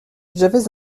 j’avais